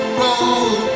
road